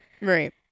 Right